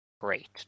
great